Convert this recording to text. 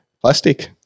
plastic